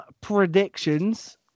predictions